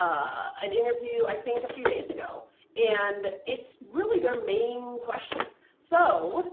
an interview i think a few days ago and it's really their main question. so,